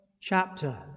chapter